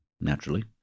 naturally